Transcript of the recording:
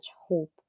hope